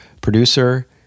producer